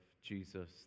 Jesus